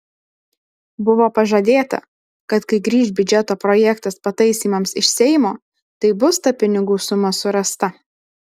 buvo pažadėta kad kai grįš biudžeto projektas pataisymams iš seimo tai bus ta pinigų suma surasta